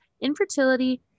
infertility